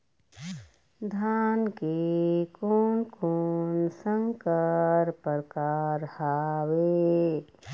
धान के कोन कोन संकर परकार हावे?